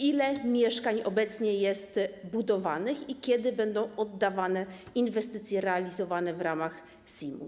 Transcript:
Ile mieszkań obecnie jest budowanych i kiedy będą oddawane inwestycje realizowane w ramach SIM-u?